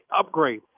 upgrade